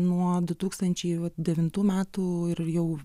nuo du tūkstančiai devintų metų ir jau